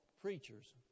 preachers